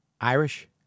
Irish